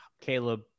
Caleb